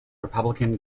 republican